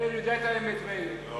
מאיר יודע את האמת, מאיר.